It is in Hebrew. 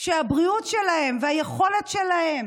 שהבריאות והיכולת שלהם